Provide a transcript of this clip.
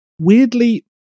weirdly